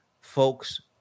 folks